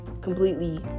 completely